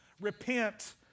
Repent